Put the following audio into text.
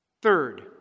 Third